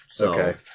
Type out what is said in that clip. Okay